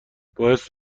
باعث